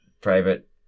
private